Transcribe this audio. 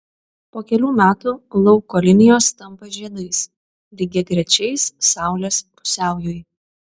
po kelių metų lauko linijos tampa žiedais lygiagrečiais saulės pusiaujui